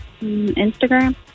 Instagram